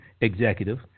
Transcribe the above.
executive